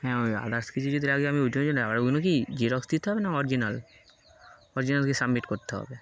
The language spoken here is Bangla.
হ্যাঁ ওই আদার্ কেজি যদি রাগে আমি ওই জন্য জন্যার ওগুলো কি যে রক্স দিতে হবে না অরিজিনাল অরিজিনালকে সাবমিট করতে হবে